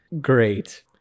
Great